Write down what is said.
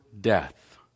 death